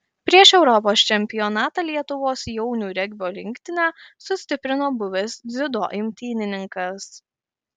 prieš europos čempionatą lietuvos jaunių regbio rinktinę sustiprino buvęs dziudo imtynininkas